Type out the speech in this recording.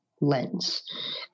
lens